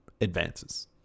advances